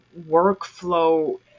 workflow